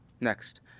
Next